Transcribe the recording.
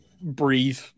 breathe